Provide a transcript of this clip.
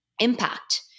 impact